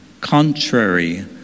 contrary